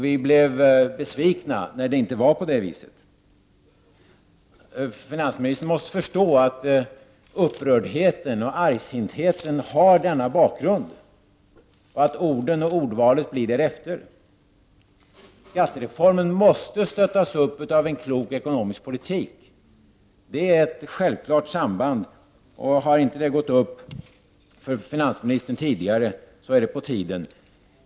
Vi blev besvikna när det inte var på det viset. Finansministern måste förstå att upprördheten och argsintheten har denna bakgrund och att ordvalet blir därefter. Skattereformen måste stöttas upp av en klok ekonomisk politik. Där finns ett självklart samband, och har inte det gått upp för finansministern tidigare så är det på tiden.